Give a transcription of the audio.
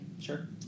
Sure